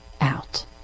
out